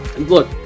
Look